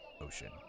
ocean